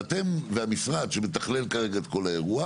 ואתם והמשרד שמתכלל כרגע את כל האירוע